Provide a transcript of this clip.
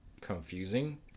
confusing